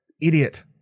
idiot